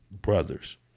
brothers